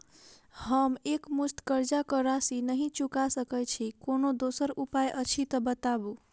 हम एकमुस्त कर्जा कऽ राशि नहि चुका सकय छी, कोनो दोसर उपाय अछि तऽ बताबु?